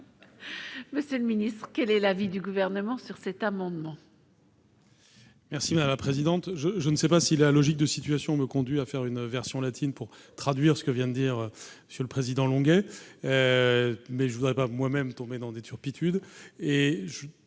Monsieur le Ministre, quel est l'avis du Gouvernement sur cet amendement.